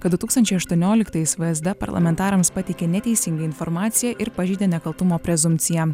kad du tūkstančiai aštuonioliktais vsd parlamentarams pateikė neteisingą informaciją ir pažeidė nekaltumo prezumpciją